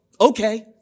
okay